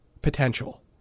potential